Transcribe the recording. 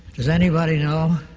does anybody know?